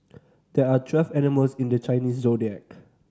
there are twelve animals in the Chinese Zodiac